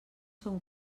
són